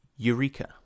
Eureka